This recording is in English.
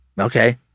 Okay